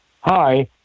hi